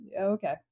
okay